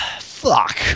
fuck